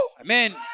Amen